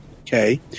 okay